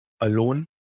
alone